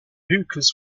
hookahs